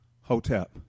Hotep